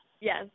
Yes